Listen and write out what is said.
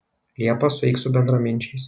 liepą sueik su bendraminčiais